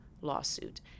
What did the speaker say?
lawsuit